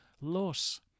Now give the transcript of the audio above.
loss